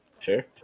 Sure